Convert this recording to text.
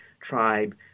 tribe